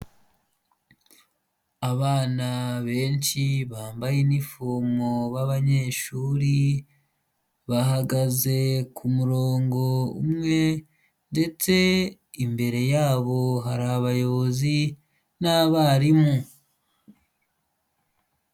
Abana benshi bambaye inifomo b abanyeshuri bahagaze ku murongo umwe ndetse imbere yabo hari abayobozi n'abarimu.